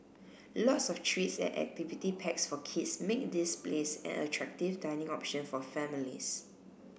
lots of treats and activity packs for kids make this place an attractive dining option for families